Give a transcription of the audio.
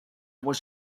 was